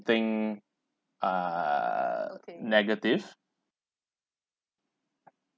ah negative